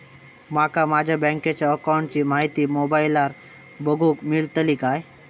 माका माझ्या बँकेच्या अकाऊंटची माहिती मोबाईलार बगुक मेळतली काय?